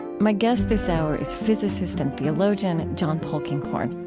my guest this hour is physicist and theologian john polkinghorne.